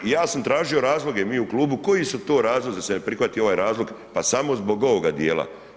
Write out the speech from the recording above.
Ja sam tražio razloge, mi u klubu, koji su to razlozi da se ne prihvati ovaj razlog, pa samo zbog ovoga dijela.